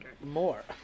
More